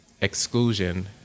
exclusion